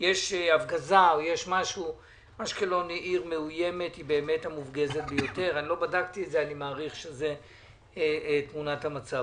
העיר אשקלון אינה מוגדרת על ידי הממשלה כאזור